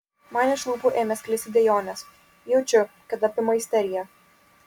man iš lūpų ėmė sklisti dejonės jaučiau kad apima isterija